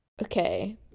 Okay